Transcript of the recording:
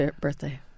birthday